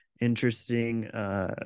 interesting –